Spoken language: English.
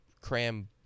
cram